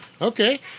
Okay